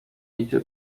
idzie